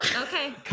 Okay